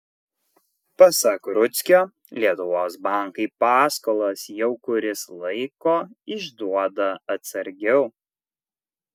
pasak rudzkio lietuvos bankai paskolas jau kuris laiko išduoda atsargiau